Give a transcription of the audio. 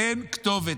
אין כתובת.